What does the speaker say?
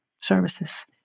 services